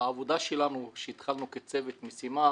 העבודה שלנו שהתחלנו כצוות משימה,